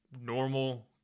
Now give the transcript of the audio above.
normal